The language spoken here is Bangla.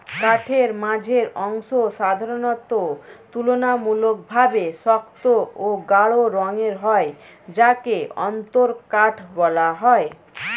কাঠের মাঝের অংশ সাধারণত তুলনামূলকভাবে শক্ত ও গাঢ় রঙের হয় যাকে অন্তরকাঠ বলা হয়